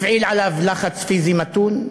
הפעיל עליו לחץ פיזי מתון,